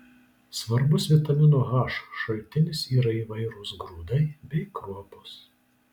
svarbus vitamino h šaltinis yra įvairūs grūdai bei kruopos